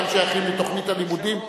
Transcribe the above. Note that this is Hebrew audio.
אינם שייכים לתוכנית הלימודים,